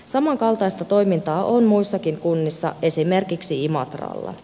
samankaltaista toimintaa on muissakin kunnissa esimerkiksi imatralla